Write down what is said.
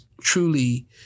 truly